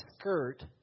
skirt